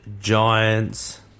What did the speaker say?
Giants